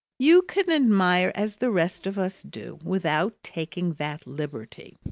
you can admire as the rest of us do without taking that liberty.